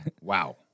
Wow